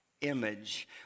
image